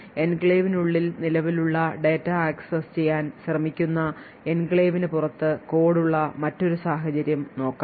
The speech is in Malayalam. എൻക്ലേവിനുള്ളിൽ നിലവിലുള്ള ഡാറ്റ ആക്സസ് ചെയ്യാൻ ശ്രമിക്കുന്ന എൻക്ലേവിന് പുറത്ത് കോഡ് ഉള്ള മറ്റൊരു സാഹചര്യം നോക്കാം